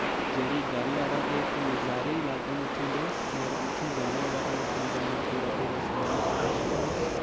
जेह्ड़ी गल्ल ऐ तां एह् इक नजारे ही अलग न उत्थैं दे और उत्थैं जाना होऐ तां अपने कन्नै पूरा पूरा समान पाना पोंदा और